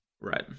Right